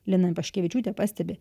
lina paškevičiūtė pastebi